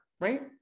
right